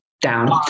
down